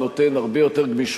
כבוד השר,